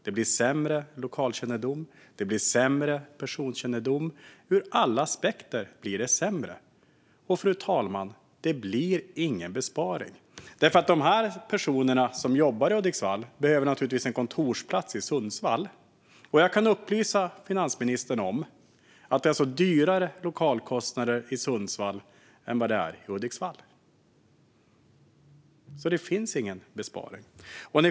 Det blir sämre lokalkännedom, och det blir sämre personkännedom. Ur alla aspekter blir det sämre. Fru talman! Det blir inte heller någon besparing. De personer som jobbar i Hudiksvall behöver naturligtvis en kontorsplats i Sundsvall. Jag kan upplysa finansministern om att det är högre lokalkostnader i Sundsvall än i Hudiksvall. Det finns ingen besparing.